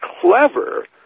clever